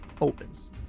opens